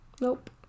Nope